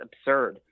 absurd